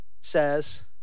says